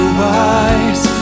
wise